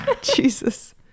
Jesus